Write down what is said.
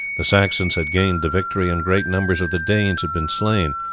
the saxons had gained the victory, and great numbers of the danes had been slain,